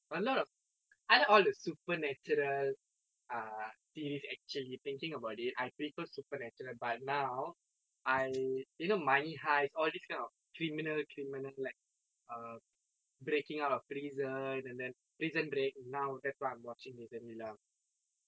a lot of I like all the supernatural err scenes actually thinking about it I prefer supernatural but now I you know money heist all these kind of criminal criminal like um breaking out of prison and then prison break now that's what I'm watching recently lah